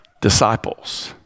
disciples